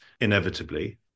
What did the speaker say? inevitably